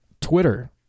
Twitter